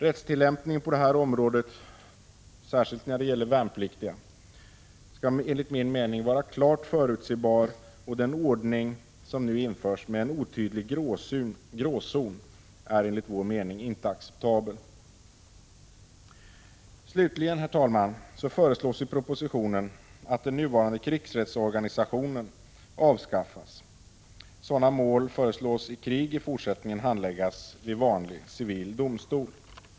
Rättstillämpningen på detta område, särskilt när det gäller värnpliktiga, skall enligt min mening vara klart förutsebar, och den ordning med en otydlig gråzon som nu föreslås är inte acceptabel. Slutligen, herr talman, föreslås i propositionen att den nuvarande krigsrättsorganisationen skall avskaffas och att sådana mål i krig i fortsättningen skall handläggas vid vanlig civil domstol.